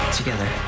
together